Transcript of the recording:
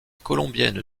colombienne